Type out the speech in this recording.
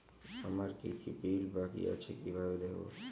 আমার কি কি বিল বাকী আছে কিভাবে দেখবো?